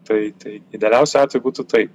tai tai idealiausiu atveju būtų taip